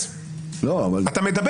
הוא משתמש